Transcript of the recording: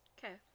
Okay